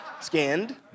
Scanned